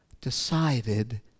decided